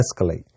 escalate